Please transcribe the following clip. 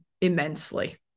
immensely